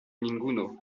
ninguno